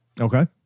Okay